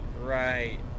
Right